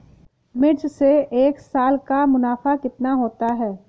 मिर्च से एक साल का मुनाफा कितना होता है?